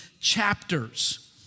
chapters